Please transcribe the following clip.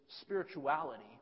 spirituality